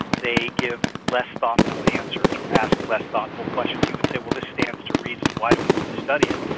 they give less thoughtful answers or ask less thoughtful questions, you would say, well this stands to reason. why do we need to study it?